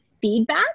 feedback